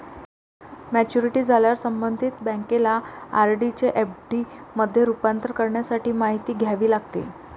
maturity झाल्यावर संबंधित बँकेला आर.डी चे एफ.डी मध्ये रूपांतर करण्यासाठी माहिती द्यावी लागते